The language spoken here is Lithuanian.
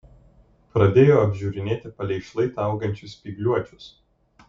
pradėjo apžiūrinėti palei šlaitą augančius spygliuočius